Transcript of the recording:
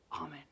Amen